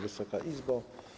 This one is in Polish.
Wysoka Izbo!